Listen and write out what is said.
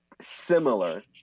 similar